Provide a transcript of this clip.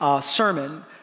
sermon